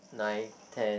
nine ten